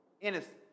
innocent